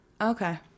Okay